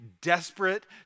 desperate